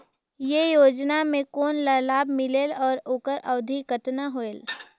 ये योजना मे कोन ला लाभ मिलेल और ओकर अवधी कतना होएल